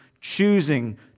choosing